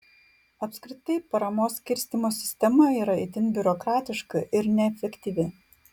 apskritai paramos skirstymo sistema yra itin biurokratiška ir neefektyvi